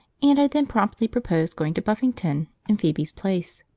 and i then promptly proposed going to buffington in phoebe's place.